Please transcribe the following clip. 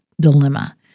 dilemma